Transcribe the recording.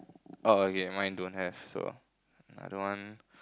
oh okay mine don't have so another one